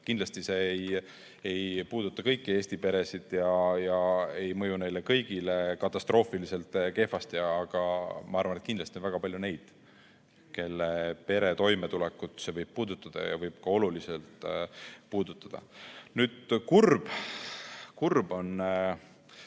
Kindlasti ei puuduta see kõiki Eesti peresid ega mõju neile kõigile katastroofiliselt kehvasti, aga ma arvan, et kindlasti on väga palju neid, kelle pere toimetulekut see võib puudutada ja võib ka oluliselt puudutada. Kurb on